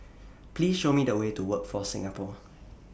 Please Show Me The Way to Workforce Singapore